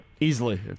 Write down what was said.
Easily